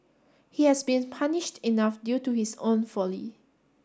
he has been punished enough due to his own folly